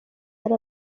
yari